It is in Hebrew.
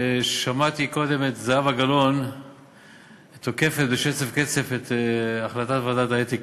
שמעתי קודם את זהבה גלאון תוקפת בשצף-קצף את החלטת ועדת האתיקה.